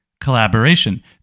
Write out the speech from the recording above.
collaboration